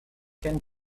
can